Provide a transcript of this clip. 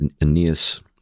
aeneas